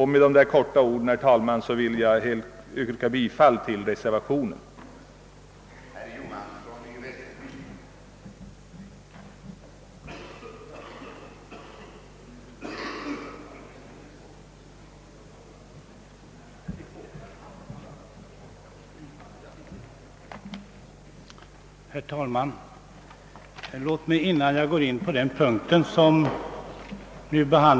Herr talman! Med dessa ord vill jag yrka bifall till reservationen